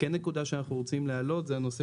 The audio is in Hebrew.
נקודה שאנחנו כן רוצים להעלות היא הנושא